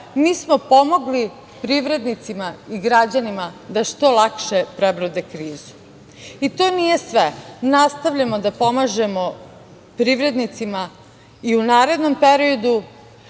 mi smo pomogli privrednicima i građanima da što lakše prebrode krizu. To nije sve, nastavljamo da pomažemo privrednicima i u narednom periodu,